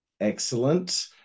excellent